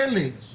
כשהוא בכלא הוא